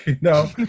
No